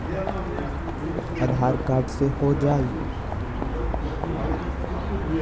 आधार card से हो जाइ?